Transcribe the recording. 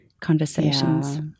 conversations